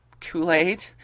Kool-Aid